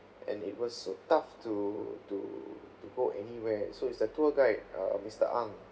and it was so tough to to to go anywhere so is the tour guide err mister ang